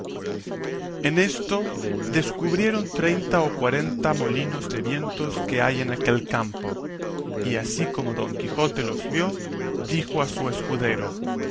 en esto descubrieron treinta o cuarenta molinos de viento que hay en aquel campo y así como don quijote los vio dijo a su escudero